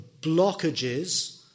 blockages